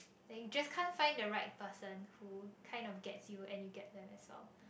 like you just can't find the right person who kind of gets you and you get them as well